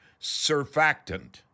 surfactant